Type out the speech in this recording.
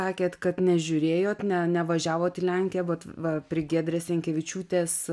sakėt kad nežiūrėjot ne nevažiavot į lenkiją vat va prie giedre sinkevičiūtės